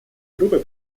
группой